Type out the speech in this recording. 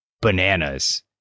bananas